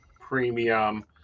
premium